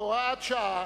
(הוראת שעה)